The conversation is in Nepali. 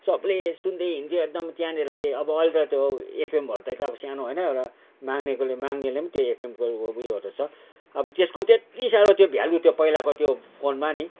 सबले सुन्दै हिँड्थ्यो एकदम त्यहाँनिर चाहिँ अब अहिले त त्यो एफएमहरू त कहाँ अब सानो होइन एउटा माग्नेकोले माग्नले पनि त्यो एफएमको अब उयोहरू छ अब त्यसको त्यति साह्रो त्यो भ्यालु थियो पहिलाको त्यो फोनमा नि